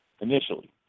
Initially